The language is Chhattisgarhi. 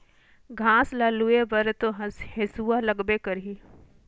घास ल लूए बर तो हेसुआ लगबे करही